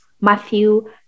Matthew